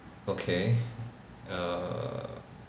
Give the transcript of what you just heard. okay err